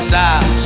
Stop